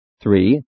Three